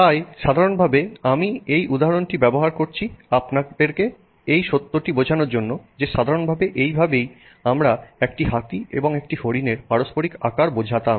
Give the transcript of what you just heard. তাই সাধারণভাবে আমি এই উদাহরণটি ব্যবহার করছি আপনাদের কে এই সত্যটি বোঝানোর জন্য যে সাধারণভাবে এইভাবেই আমরা একটি হাতি এবং একটি হরিণের পারস্পরিক আকার বোঝাতাম